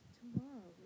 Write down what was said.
tomorrow